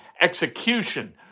execution